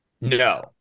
No